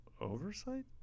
oversight